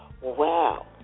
Wow